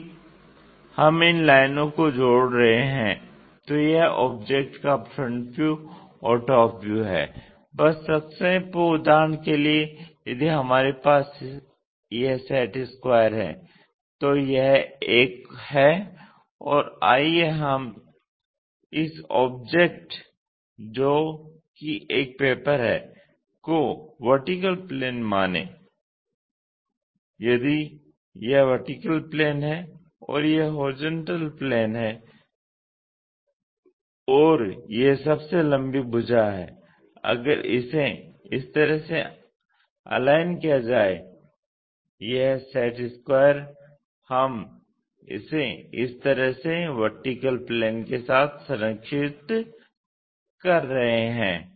यदि हम इन लाइनों को जोड़ रहे हैं तो यह उस ऑब्जेक्ट का फ्रंट व्यू और टॉप व्यू है बस संक्षेप में उदाहरण के लिए यदि हमारे पास यह सेट स्क्वायर है तो यह एक है और आइए हम इस ऑब्जेक्ट जोकि एक पेपर है को VP माने यदि यह VP है और यह HP है और यह सबसे लंबी भुजा है अगर इसे इस तरह से अलाइन किया जाए यह सेट स्क्वायर हम इसे इस तरह से VP के साथ संरेखित कर रहे हैं